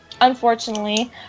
unfortunately